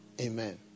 amen